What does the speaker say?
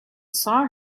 saw